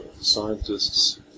Scientists